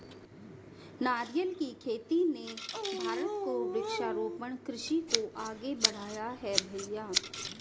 नारियल की खेती ने भारत को वृक्षारोपण कृषि को आगे बढ़ाया है भईया